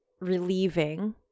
relieving